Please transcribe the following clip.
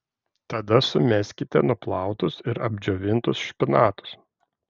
tada sumeskite nuplautus ir apdžiovintus špinatus